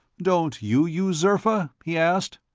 don't you use zerfa? he asked.